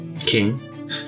King